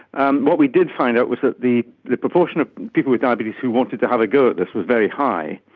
um what we did find out was that the the proportion of people with diabetes who wanted to have a go at this was very high.